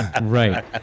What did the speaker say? Right